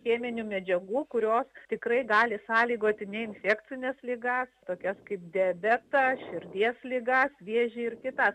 cheminių medžiagų kurios tikrai gali sąlygoti neinfekcines ligas tokias kaip diabetą širdies ligas vėžį ir kitas